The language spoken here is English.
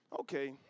Okay